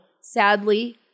Sadly